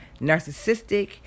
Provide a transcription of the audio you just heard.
narcissistic